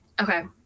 Okay